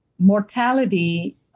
mortality